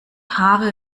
haare